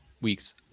weeks